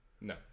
No